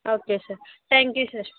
okay sir thank you sir